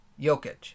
Jokic